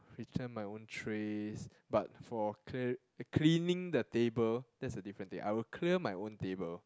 return my own trays but for clear cleaning the table that's a different thing I will clear my own table